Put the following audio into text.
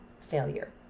failure